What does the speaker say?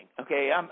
Okay